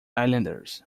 islanders